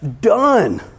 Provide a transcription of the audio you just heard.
done